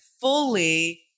fully